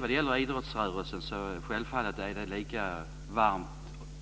Vad gäller idrottsrörelsen är det självfallet lika varmt